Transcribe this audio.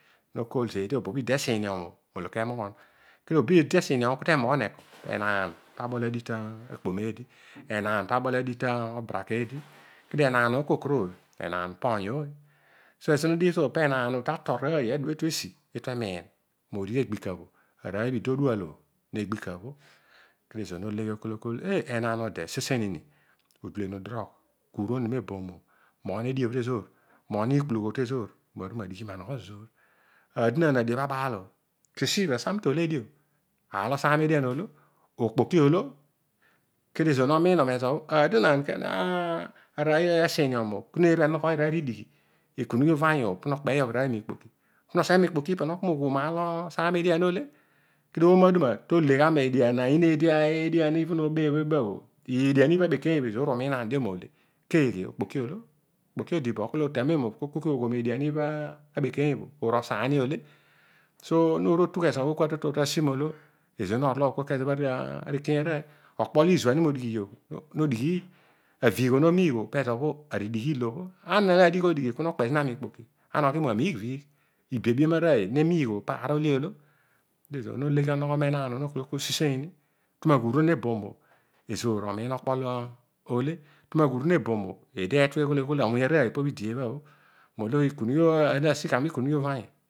Nokol zeedi obobho idi tusiiniom o kemoghon. ko obo bho iditesiini omo temoghon eko penaan nrobol odigh tekpom eedi. Enaan tabol adigh to baraka eedi kedio enaan o kokoroiy enaan obho oiy ooy. Enaan ta to roiy etu esi emiin eghika bho ezina odual oi nongbika bho kezoor no leghe no kol oh enaan ode siseiy ni kuuron ni meboom. moghon eedi obho tezoor. moghon iikpuilughu o tezoor maru madighi manonogho zoor. aadon aan ka aroiy esiin lom o neeru enoghoiy aridighi ki ikuuughi aruvanyu ke hokpaay roiy mikpoki po noseghe mikpoki ipabho noki mogho aar ole kedio ooma aduma pu ko legha mo oyiin eedi edian obho no obebh oi edian ibha abekeiyo bho ezoor min uunanidio okpoki odi bo kol otamem obo po ogho edian ibha abekeiyo osaole. okpo ho iizuanio modighiiy ogh no dighiiy. Araviigho nomiigho pezobho aridi ilo o ebuny aroiy nemiigho paar lo ole oolo kezoor noleghe mo nogho menaan no kol seseiy tu maghuuron eboon lezoor omiin okpolo ole twe ma ghuuron eboom eedi eetua eghol kwuny aroiy piwa idi eebha bho molo nasigha miku nughi uvanyu.